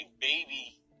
baby